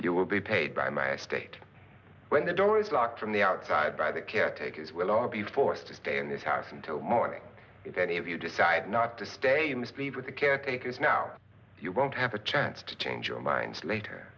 you will be paid by my state when the door is locked from the outside by the caretakers we'll all be forced to stay in this house until morning if any of you decide not to stay in the speed with the caretakers now you won't have a chance to change your mind later